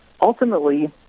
ultimately